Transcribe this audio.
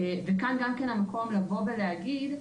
וכאן המקום להגיד,